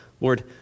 Lord